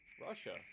Russia